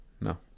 No